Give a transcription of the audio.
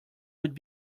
would